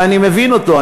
ואני מבין אותו,